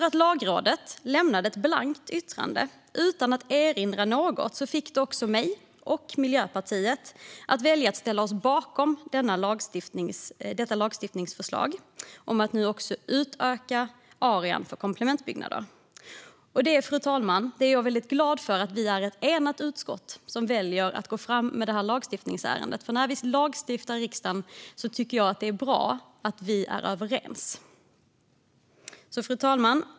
Att Lagrådet lämnade ett blankt yttrande utan att erinra mot något fick mig och Miljöpartiet att välja att ställa oss bakom förslaget att utöka arean också för komplementbyggnader. Jag är väldigt glad för att vi är ett enat utskott som väljer att gå fram med detta lagstiftningsärende, för när vi lagstiftar i riksdagen tycker jag att det är bra att vi är överens. Fru talman!